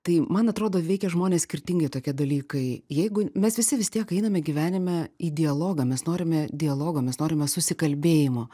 tai man atrodo veikia žmones skirtingai tokie dalykai jeigu mes visi vis tiek einame gyvenime į dialogą mes norime dialogo mes norime susikalbėjimo